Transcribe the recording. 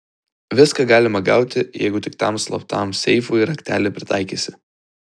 viską galima gauti jeigu tik tam slaptam seifui raktelį pritaikysi